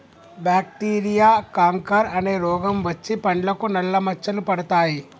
bacteria canker అనే రోగం వచ్చి పండ్లకు నల్ల మచ్చలు పడతాయి